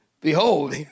behold